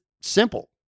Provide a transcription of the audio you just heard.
simple